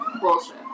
Bullshit